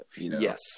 Yes